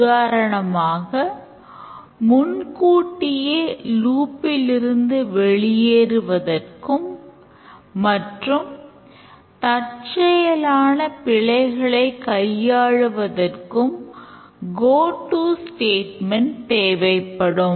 உதாரணமாக முன்கூட்டியே ல்லூப்பில் தேவைப்படும்